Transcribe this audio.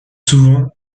souvent